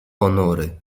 ponury